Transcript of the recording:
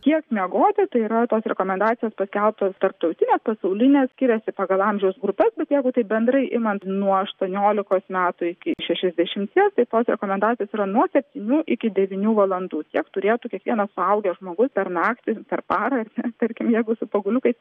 kiek miegoti tai yra tos rekomendacijos paskelbtos tarptautinės pasaulinės skiriasi pagal amžiaus grupes bet jeigu taip bendrai imant nuo aštuoniolikos metų iki šešiasdešimties taip pat rekomendacijos yra nuo septynių iki devynių valandų tiek turėtų kiekvienas suaugęs žmogus per naktį per parą tarkim jeigu su poguliukais